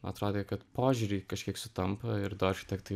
atrodė kad požiūriai kažkiek sutampa ir du architektai